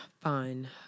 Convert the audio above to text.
Fine